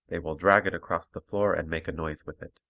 they will drag it across the floor and make a noise with it.